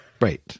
Right